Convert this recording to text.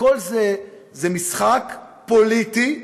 הכול זה משחק פוליטי,